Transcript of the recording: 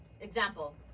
example